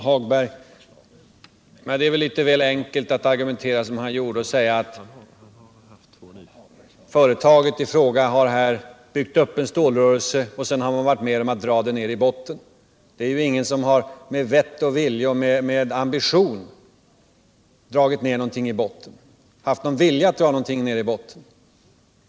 Herr talman! Det är väl litet väl enkelt, herr Hagberg, att argumentera som ni gjorde och säga: Företaget i fråga har här byggt upp en stålrörelse och sedan varit med om att dra den ned i botten. Det är ingen som med vett och vilja drar ned något i botten eller som har haft den ambitionen.